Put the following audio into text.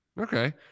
Okay